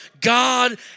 God